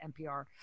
NPR